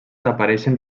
apareixen